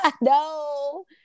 no